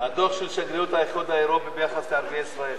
הדוח של שגרירות האיחוד האירופי ביחס לערביי ישראל.